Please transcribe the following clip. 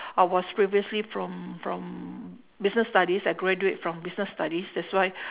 I was previously from from business studies I graduate from business studies that's why